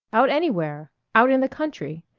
out anywhere. out in the country.